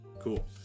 Cool